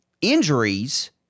injuries